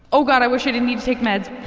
oh god i wish i didn't need to take meds.